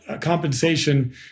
compensation